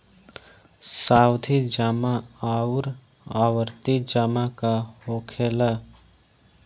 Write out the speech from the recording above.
सावधि जमा आउर आवर्ती जमा का होखेला?